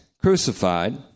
crucified